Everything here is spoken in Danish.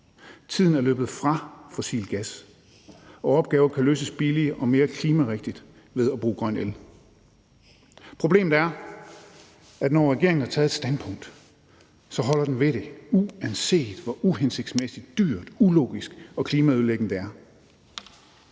Tiden er løbet fra fossil gas, og opgaver kan løses billigere og mere klimarigtigt ved at bruge grøn el. Problemet er, at når regeringen har taget et standpunkt, holder den ved det, uanset hvor uhensigtsmæssig dyrt, ulogisk og klimaødelæggende det er.